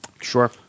Sure